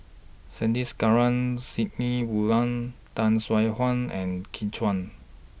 Sandrasegaran Sidney Woodhull Tay Seow Huah and Kin Chui